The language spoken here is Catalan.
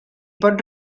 pot